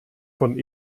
von